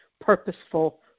purposeful